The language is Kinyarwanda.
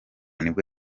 nibwo